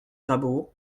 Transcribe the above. rabault